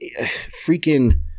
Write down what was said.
freaking